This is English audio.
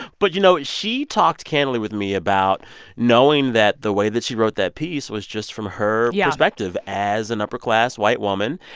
but, you know, she talked candidly with me about knowing that the way that she wrote that piece was just from her. yeah. perspective as an upper-class, white woman.